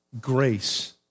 grace